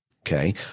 okay